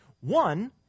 One